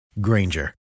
Granger